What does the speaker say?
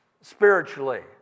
spiritually